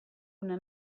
una